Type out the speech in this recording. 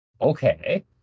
okay